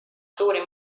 suuri